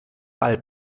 ball